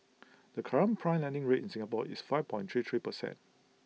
the current prime lending rate in Singapore is five point three three percent